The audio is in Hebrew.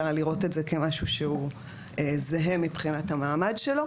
אלא לראות את זה כמשהו שהוא זהה מבחינת המעמד שלו.